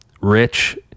Rich